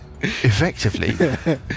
effectively